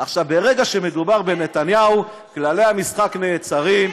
ברגע שמדובר בנתניהו, כללי המשחק נעצרים.